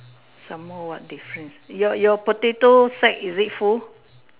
some more what difference your your potato sacks is it full